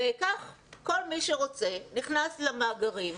כך כל מי שרוצה, נכנס למאגרים,